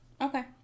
okay